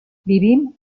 vivim